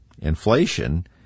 Inflation